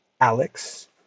Alex